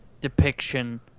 depiction